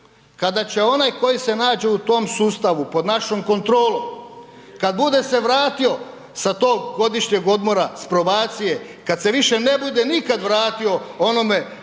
kada će onaj koji se nađe u tom sustavu pod našom kontrolom, kad bude se vratio sa tog godišnjeg odmora, s probacije, kad se više ne bude nikad vratio onome